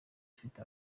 afite